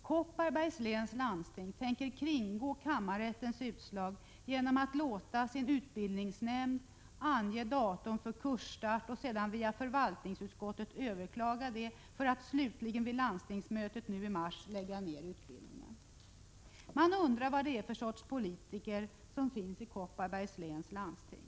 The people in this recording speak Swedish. Kopparbergs läns landsting tänker kringgå kammarrättens utslag genom att låta sin utbildningsnämnd ange datum för kursstart och sedan via förvaltningsutskottet överklaga det, för att slutligen vid landstingsmötet i mars besluta lägga ned utbildningen. Man undrar vad det är för sorts politiker i Kopparbergs läns landsting.